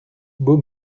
beau